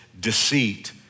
Deceit